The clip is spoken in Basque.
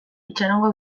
itxarongo